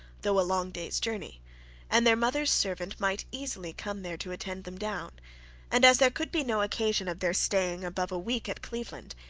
though a long day's journey and their mother's servant might easily come there to attend them down and as there could be no occasion of their staying above a week at cleveland,